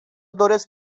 doresc